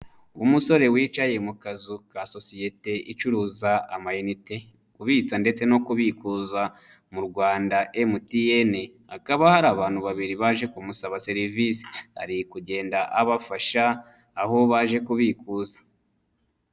Umusore wicaye mu kazu ka sosiyete icuruza amayinite, kubitsa ndetse no kubikuza mu Rwanda MTN, hakaba hari abantu babiri baje kumusaba serivise ari kugenda abafasha aho baje kubikuza.